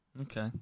Okay